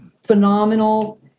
phenomenal